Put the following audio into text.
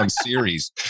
series